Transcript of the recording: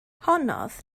honnodd